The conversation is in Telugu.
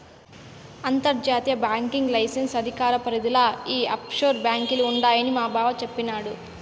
అంతర్జాతీయ బాంకింగ్ లైసెన్స్ అధికార పరిదిల ఈ ఆప్షోర్ బాంకీలు ఉండాయని మాబావ సెప్పిన్నాడు